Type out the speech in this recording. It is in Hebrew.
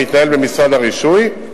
המתנהל במשרד הרישוי,